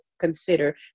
consider